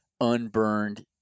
unburned